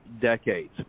decades